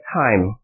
time